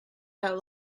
out